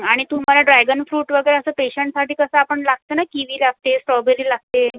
आणि तुम्हाला dragon fruit वगैरे असं पेशंटसाठी तसं आपण लागतं ना किवी लागते स्ट्रॉबेरी लागते